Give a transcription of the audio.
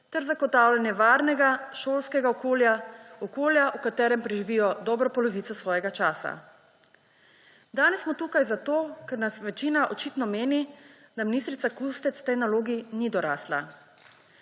ter zagotavljanje varnega šolskega okolja, okolja, v katerem preživijo dobro polovico svojega časa. Danes smo tukaj zato, ker nas večina očitno meni, da ministrica Kustec tej nalogi ni dorasla.